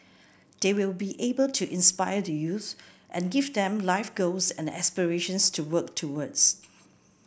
they will be able to inspire the youths and give them life goals and aspirations to work towards